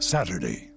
Saturday